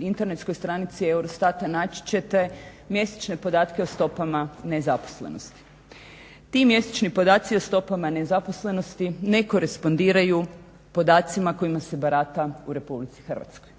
internetskoj stranici EUROSTAT-a naći ćete mjesečne podatke o stopama nezaposlenosti. Ti mjesečni podaci o stopama nezaposlenosti ne korenspodiraju podacima kojima se brata u RH. i takovih